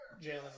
Jalen